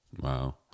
Wow